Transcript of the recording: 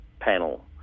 panel